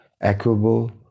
equable